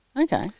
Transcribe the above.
Okay